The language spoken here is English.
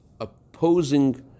opposing